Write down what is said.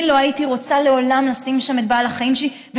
אני לא הייתי רוצה לעולם לשים שם בעל החיים שלי.